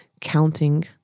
counting